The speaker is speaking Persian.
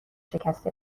شکسته